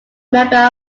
number